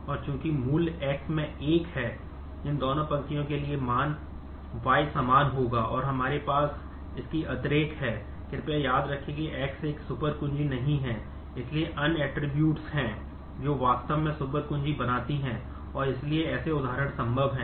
और चूंकि मूल्य X में 1 है इन दोनों पंक्तियों के लिए मान Y समान होगा और हमारे पास इसकी अतिरेक बनाती हैं और इसलिए ऐसे उदाहरण संभव हैं